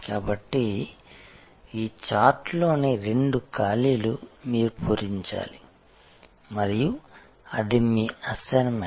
కాబట్టి ఈ చార్ట్లోని రెండు ఖాళీలు మీరు పూరించాలి మరియు అది మీ అసైన్మెంట్